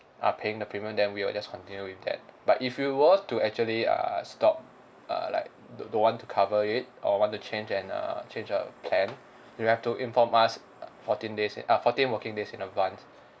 are paying the premium then we will just continue with that but if you were to actually err stop err like don't don't want cover it or want to change and err change a plan you have to inform us fourteen days uh fourteen working days in advance